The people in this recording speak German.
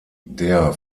der